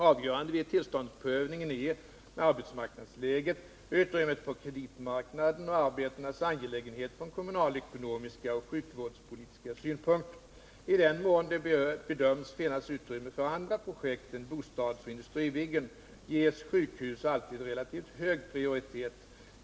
Avgörande vid tillståndsprövningen är arbetsmarknadsläget, utrymmet på kreditmarknaden och arbetenas angelägenhet från kommunalekonomiska och sjukvårdspolitiska synpunkter. I den mån det bedöms finnas utrymme för andra projekt än bostadsoch industribyggen ges sjukhus alltid relativt hög prioritet.